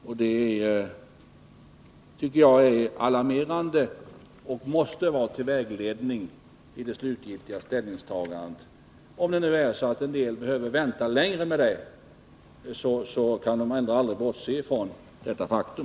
Jag tycker att det är alarmerande, och det måste vara till vägledning vid det slutliga ställningstagandet. Om nu en del behöver vänta längre med det, så kan de ändå aldrig bortse från detta faktum.